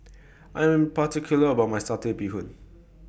I Am particular about My Satay Bee Hoon